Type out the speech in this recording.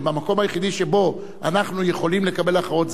שהמקום היחידי שבו אנחנו יכולים לקבל הכרעות,